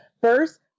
First